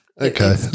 Okay